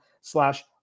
slash